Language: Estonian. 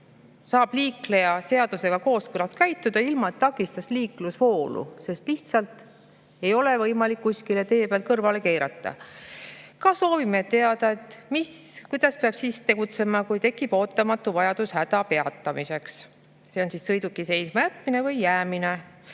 saab liikleja seadusega kooskõlas käituda, ilma et ta takistaks liiklusvoolu. Lihtsalt ei ole võimalik kuskile tee pealt kõrvale keerata. Ka soovime teada, kuidas peab tegutsema, kui tekib ootamatu vajadus hädapeatamiseks, see on siis sõiduki seismajätmine või ‑jäämine,